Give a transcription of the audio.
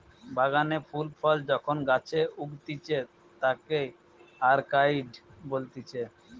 বাগানে ফুল ফল যখন গাছে উগতিচে তাকে অরকার্ডই বলতিছে